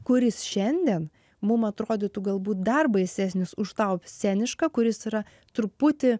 kuris šiandien mum atrodytų galbūt dar baisesnis už tau scenišką kuris yra truputį